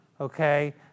okay